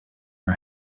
our